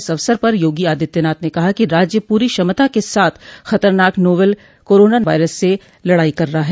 इस अवसर पर योगी आदित्यनाथ ने कहा कि राज्य पूरी क्षमता के साथ खतरनाक नोवेल कोरोना वायरस से लड़ाई कर रहा है